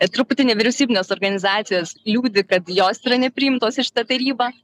truputį nevyriausybinės organizacijos liūdi kad jos yra nepriimtos į šitą tarybą